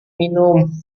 minum